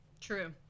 True